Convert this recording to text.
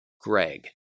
Greg